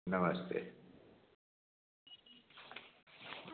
नमस्ते